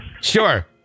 Sure